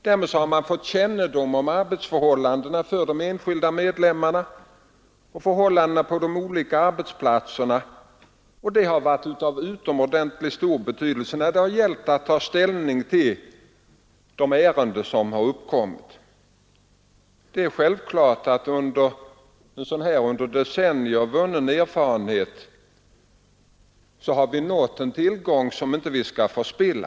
Därmed har man fått kännedom om arbetsförhållandena för de enskilda medlemmarna och om förhållandena på de olika arbetsplatserna. Detta har varit av utomordentligt stor betydelse när det gällt att ta ställning till de ärenden som uppkommit. Det är självklart att vi med en under decennier vunnen erfarenhet har fått en tillgång, som vi inte skall förspilla.